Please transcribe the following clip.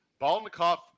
Balnikov